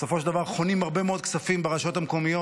בסופו של דבר חונים הרבה מאוד כספים ברשויות המקומיות